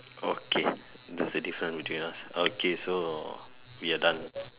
okay there's the difference between us okay so we are done